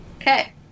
Okay